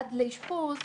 עד לאשפוז,